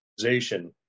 organization